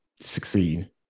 succeed